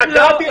לא,